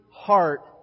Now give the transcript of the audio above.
heart